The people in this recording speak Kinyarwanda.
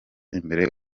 imbere